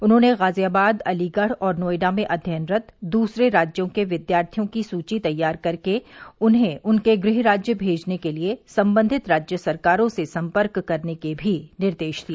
उन्होंने गाजियाबाद अलीगढ़ और नोएडा में अध्ययनरत दूसरे राज्यों के विद्यार्थियों की सूची तैयार करके उन्हें उनके गृह राज्य मेजने के लिए संबंधित राज्य सरकारों से संपर्क करने के भी निर्देश दिए